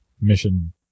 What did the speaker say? mission